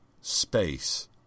space